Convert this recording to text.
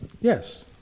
Yes